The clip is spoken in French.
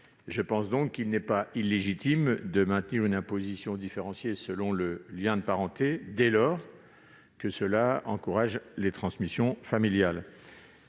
Il n'est donc pas illégitime de maintenir une imposition différenciée selon le lien de parenté, dès lors que cela encourage les transmissions familiales.